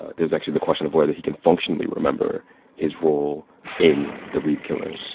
there's actually the question of whether he can functionally remember his role in the reeb killing.